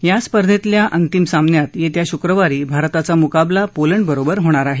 या स्पर्धेतल्या अंतिम सामन्यात येत्या शुक्रवारी भारताचा मुकाबला पोलंडबरोबर होणार आहे